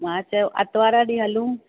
मां चयो आर्तवारु ॾींहुं हलूं